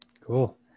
cool